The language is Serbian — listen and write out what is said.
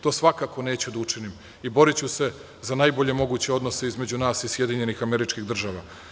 To svakako neću da učinim i boriću se za najbolje moguće odnose između nas i SAD.